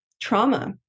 trauma